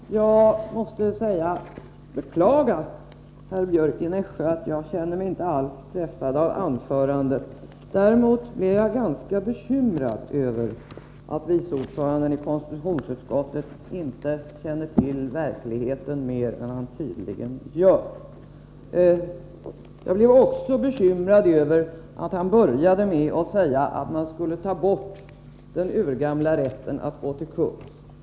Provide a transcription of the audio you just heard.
Herr talman! Jag måste beklaga, herr Björck i Nässjö, att jag inte alls känner mig träffad av anförandet. Däremot blev jag ganska bekymrad över att vice ordföranden i konstitutionsutskottet inte känner till verkligheten mer än han tydligen gör. Jag blev också bekymrad över att han började med att säga att man skulle ta bort den ursprungliga rätten att gå till kungs.